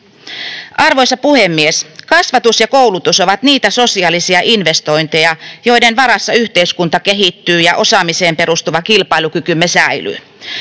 Arvoisa puhemies! Kasvatus ja koulutus ovat niitä sosiaalisia investointeja, joiden varassa yhteiskunta kehittyy ja osaamiseen perustuva kilpailukykymme säilyy.